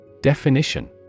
Definition